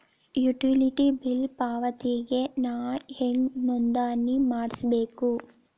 Utility bill ಪಾವತಿಗೆ ನಾ ಹೆಂಗ್ ನೋಂದಣಿ ಮಾಡ್ಸಬೇಕು?